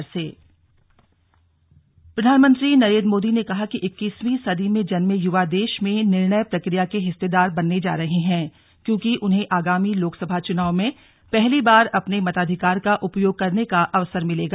मन की बात प्रधानमंत्री नरेन्द्र मोदी ने कहा कि इक्कीसवीं सदी में जन्मे युवा देश में निर्णय प्रक्रिया के हिस्सेदार बनने जा रहे हैं क्योंकि उन्हें आगामी लोकसभा चुनाव में पहली बार अपने मताधिकार का उपयोग करने का अवसर मिलेगा